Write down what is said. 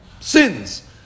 Sins